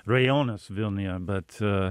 rajonas vilniuje bet